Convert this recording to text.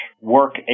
work